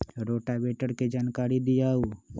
Rotavator के जानकारी दिआउ?